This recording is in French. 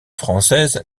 française